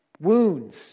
wounds